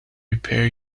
repair